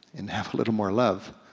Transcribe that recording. and have a little more love,